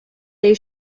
they